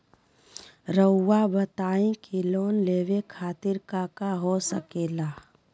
रउआ बताई की लोन लेवे खातिर काका हो सके ला?